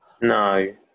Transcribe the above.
No